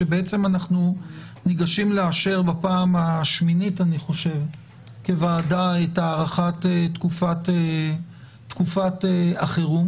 אנחנו ניגשים לאשר בפעם השמינית כוועדה את הארכת תקופת החירום.